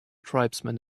tribesmen